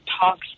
talks